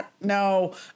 No